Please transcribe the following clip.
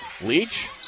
Leach